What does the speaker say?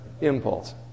impulse